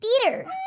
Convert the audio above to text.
theater